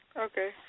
Okay